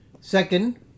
Second